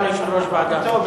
גם ליושב-ראש מותר.